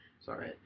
sorry